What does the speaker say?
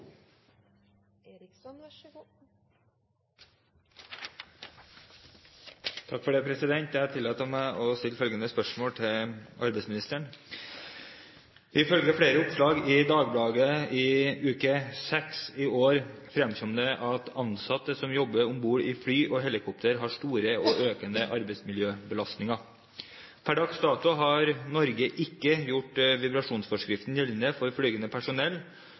arbeidsministeren: «Ifølge flere oppslag i Dagbladet uke 6 2011 fremkommer det at ansatte som jobber om bord i fly og helikoptre, har stor og økende arbeidsmiljøbelastning. Per dags dato har Norge ikke gjort vibrasjonsforskriften gjeldende for flygende personell,